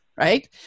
right